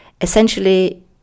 Essentially